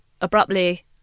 abruptly